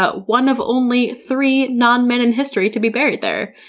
ah one of only three non-men in history to be buried there.